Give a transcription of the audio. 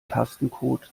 tastencode